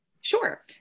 Sure